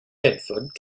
bedford